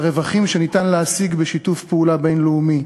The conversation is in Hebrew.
הרווחים שאפשר להשיג בשיתוף פעולה בין-לאומי,